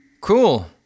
cool